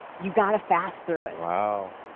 you got to fast through it. wow.